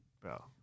bro